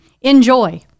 Enjoy